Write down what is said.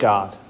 God